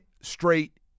straight